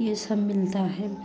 यह सब मिलता है